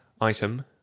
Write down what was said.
item